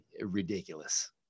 ridiculous